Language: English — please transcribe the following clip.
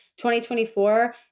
2024